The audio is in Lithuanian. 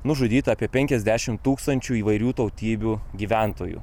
nužudyta apie penkiasdešimt tūkstančių įvairių tautybių gyventojų